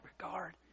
regard